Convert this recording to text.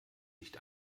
nicht